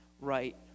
right